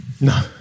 no